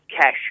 cash